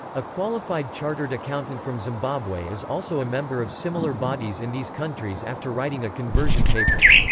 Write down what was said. a qualified chartered accountant from zimbabwe is also a member of similar bodies in these countries after writing a conversion paper.